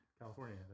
California